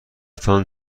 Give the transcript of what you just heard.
تان